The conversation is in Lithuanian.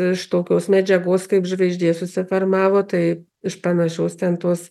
iš tokios medžiagos kaip žvaigždė susiformavo tai iš panašios ten tos